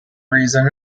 reason